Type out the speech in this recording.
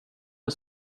med